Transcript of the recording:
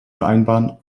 vereinbaren